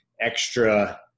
extra